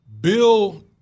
Bill